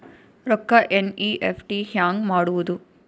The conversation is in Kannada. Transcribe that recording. ರೊಕ್ಕ ಎನ್.ಇ.ಎಫ್.ಟಿ ಹ್ಯಾಂಗ್ ಮಾಡುವುದು?